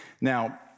now